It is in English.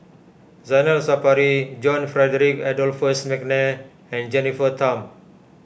Zainal Sapari John Frederick Adolphus McNair and Jennifer Tham